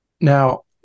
Now